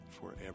forever